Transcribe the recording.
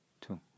two